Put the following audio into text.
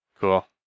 Cool